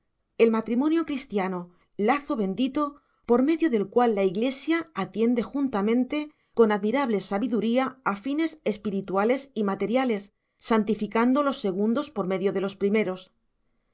el matrimonio cristiano lazo bendito por medio del cual la iglesia atiende juntamente con admirable sabiduría a fines espirituales y materiales santificando los segundos por medio de los primeros